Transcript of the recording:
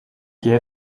jij